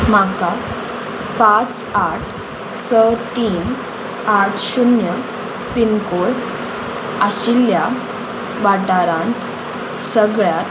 म्हाका पांच आठ स तीन आठ शुन्य पिनकोड आशिल्ल्या वाठारांत सगळ्यांत